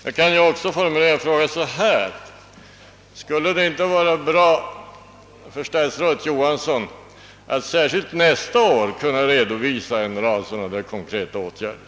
Jag kan också formulera frågan på följande sätt: Skulle det inte vara bra för statsrådet Johansson att särskilt nästa år kunna redovisa en rad sådana konkreta åtgärder?